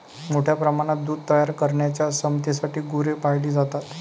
मोठ्या प्रमाणात दूध तयार करण्याच्या क्षमतेसाठी गुरे पाळली जातात